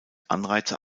anreize